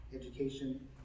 education